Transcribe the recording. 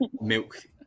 milk